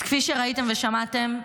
אז כפי שראיתם ושמעתם,